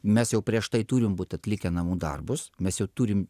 mes jau prieš tai turim būt atlikę namų darbus mes jau turim